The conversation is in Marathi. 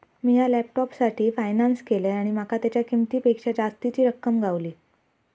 मिया लॅपटॉपसाठी फायनांस केलंय आणि माका तेच्या किंमतेपेक्षा जास्तीची रक्कम गावली